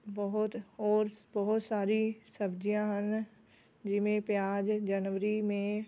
ਬਹੁਤ ਔਰ ਬਹੁਤ ਸਾਰੀ ਸਬਜ਼ੀਆਂ ਹਨ ਜਿਵੇਂ ਪਿਆਜ ਜਨਵਰੀ ਮੇਂ